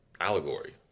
allegory